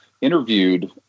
interviewed